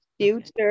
future